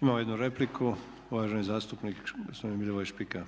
Imamo jednu repliku, uvaženi zastupnik gospodin Milivoj Špika.